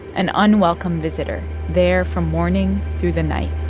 an unwelcome visitor there from morning through the night,